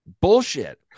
bullshit